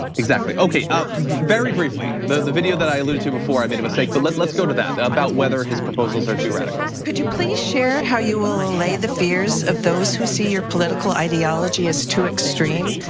exactly, okay, very briefly, the the video that i alluded to before, i made a mistake. but let's let's go to that, about whether his proposals are too radical. could you please share how you will allay the fears of those who see your political ideology as too extreme?